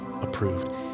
approved